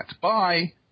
Bye